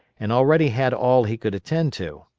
and already had all he could attend to.